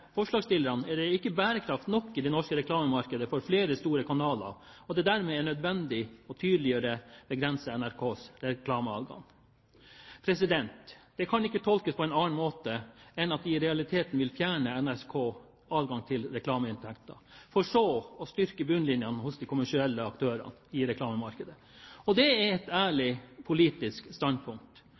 forslagsstillerne er det ikke bærekraft nok i det norske reklamemarkedet for flere store kanaler, og det er dermed nødvendig tydeligere å begrense NRKs reklameadgang. Det kan ikke tolkes på annen måte enn at de i realiteten vil fjerne NRKs adgang til reklameinntekter for så å styrke bunnlinjen hos de kommersielle aktørene i reklamemarkedet. Det er et ærlig politisk standpunkt,